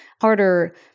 harder